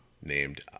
named